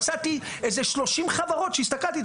מצאתי איזה 30 חברות כשהסתכלתי,